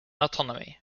autonomy